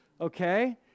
okay